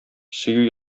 сөю